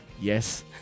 Yes